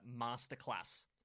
Masterclass